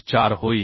4 होईल